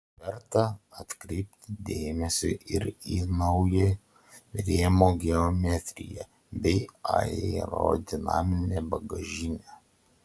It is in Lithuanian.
verta atkreipti dėmesį ir į naują rėmo geometriją bei aerodinaminę bagažinę